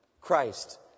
Christ